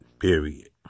period